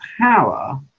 power